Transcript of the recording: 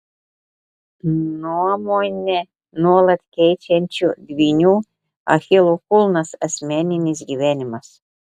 nuomonę nuolat keičiančių dvynių achilo kulnas asmeninis gyvenimas